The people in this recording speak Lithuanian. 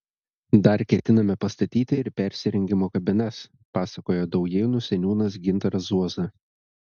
dar ketiname pastatyti ir persirengimo kabinas pasakoja daujėnų seniūnas gintaras zuoza